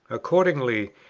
accordingly,